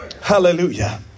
Hallelujah